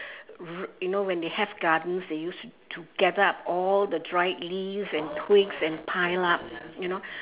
you know when they have gardens they used to to gather up all the dried leaves and twigs and pile up you know